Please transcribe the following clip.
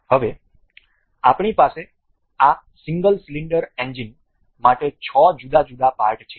હવે આપણી પાસે આ સિંગલ સિલિન્ડર એન્જિન માટે 6 જુદા જુદા પાર્ટ છે